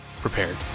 prepared